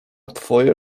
twoje